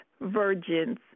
virgins